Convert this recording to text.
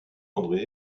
andré